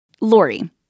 Lori